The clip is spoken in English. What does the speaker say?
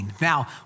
Now